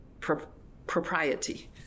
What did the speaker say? propriety